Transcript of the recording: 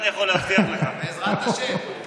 סיפורם של בתי המשפט,